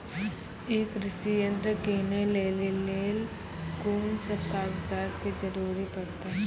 ई कृषि यंत्र किनै लेली लेल कून सब कागजात के जरूरी परतै?